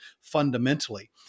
fundamentally